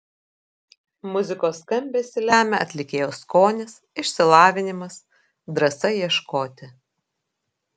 muzikos skambesį lemia atlikėjo skonis išsilavinimas drąsa ieškoti